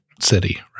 city